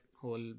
whole